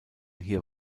hier